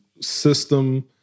system